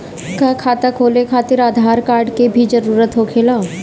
का खाता खोले खातिर आधार कार्ड के भी जरूरत होखेला?